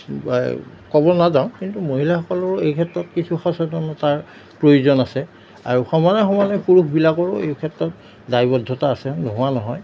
ক'ব নাযাওঁ কিন্তু মহিলাসকলৰ এই ক্ষেত্ৰত কিছু সচেতনতাৰ প্ৰয়োজন আছে আৰু সমানে সমানে পুৰুষবিলাকৰো এই ক্ষেত্ৰত দায়বদ্ধতা আছে নোহোৱা নহয়